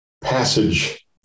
passage